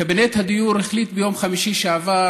קבינט הדיור החליט ביום חמישי שעבר